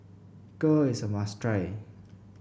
Kheer is a must try